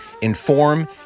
inform